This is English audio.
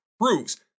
proves